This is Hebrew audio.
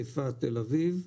חיפה ותל אביב.